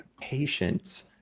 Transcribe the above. patience